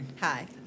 Hi